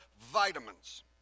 vitamins